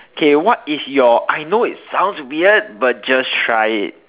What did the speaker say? okay what is your I know it sounds weird but just try it